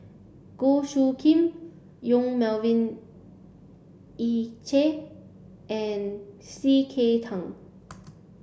Goh Soo Khim Yong Melvin Yik Chye and C K Tang